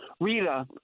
Rita